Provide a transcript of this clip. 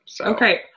Okay